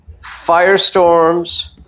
firestorms